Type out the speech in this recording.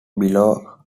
below